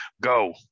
Go